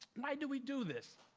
why do we do this?